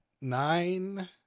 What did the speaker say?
nine